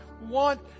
want